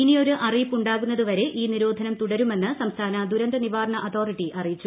ഇനിയൊരു അറിയിപ്പ് ഉണ്ടാകുന്നത് വരെ ഈ നിരോധനം തുടരുമെന്ന് സംസ്ഥാന ദുരന്ത നിവാരണ അതോറിറ്റി അറിയിച്ചു